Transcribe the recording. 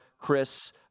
Chris